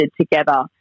together